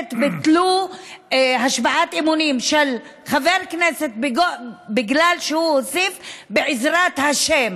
בכנסת ביטלו השבעת אמונים של חבר כנסת בגלל שהוא הוסיף "בעזרת השם".